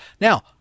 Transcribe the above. now